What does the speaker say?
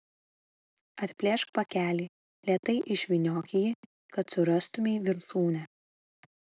atplėšk pakelį lėtai išvyniok jį kad surastumei viršūnę